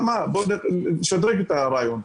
נשדרג את הרעיון: